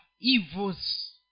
evils